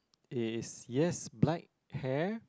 is yes black hair